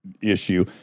issue